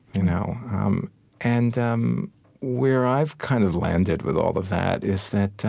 you know um and um where i've kind of landed with all of that is that